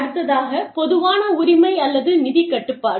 அடுத்ததாக பொதுவான உரிமை அல்லது நிதி கட்டுப்பாடு